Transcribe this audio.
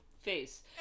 face